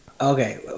Okay